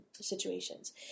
situations